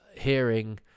hearing